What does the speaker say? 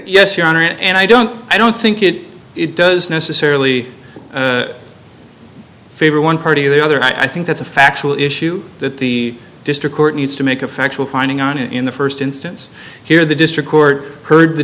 yes your honor and i don't i don't think it does necessarily favor one party or the other i think that's a factual issue that the district court needs to make a factual finding on in the st instance here the district court heard the